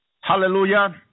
Hallelujah